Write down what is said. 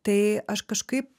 tai aš kažkaip